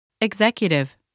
Executive